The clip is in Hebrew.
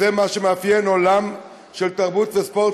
זה מה שמאפיין עולם של תרבות וספורט,